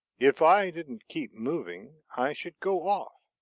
if i didn't keep moving i should go off.